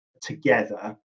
together